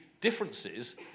differences